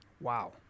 Wow